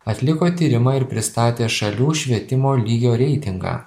atliko tyrimą ir pristatė šalių švietimo lygio reitingą